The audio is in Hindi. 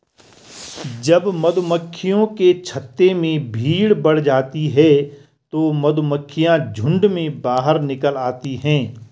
जब मधुमक्खियों के छत्ते में भीड़ बढ़ जाती है तो मधुमक्खियां झुंड में बाहर निकल आती हैं